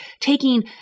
taking